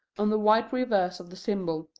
on the white reverse of the symbol,